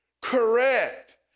correct